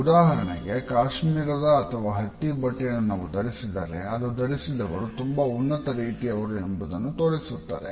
ಉದಾಹರಣೆಗೆ ಕಾಶ್ಮೀರದ ಅಥವಾ ಹತ್ತಿ ಬಟ್ಟೆಯನ್ನು ನಾವು ಧರಿಸಿದರೆ ಅದು ಧರಿಸಿದವರು ತುಂಬಾ ಉನ್ನತ ರೀತಿಯವರು ಎಂಬುದನ್ನು ತೋರಿಸುತ್ತದೆ